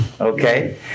Okay